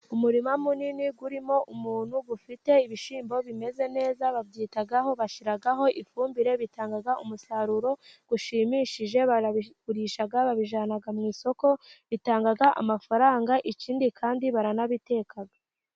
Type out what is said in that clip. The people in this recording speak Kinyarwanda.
Umurima munini urimo umuntu ufite ibishyimbo bimeze neza, babyitaho, bashyiraho ifumbire, bitanga umusaruro ushimishije, barabigurisha, babijyana mu isoko, bitanga amafaranga, ikindi kandi baranabiteka.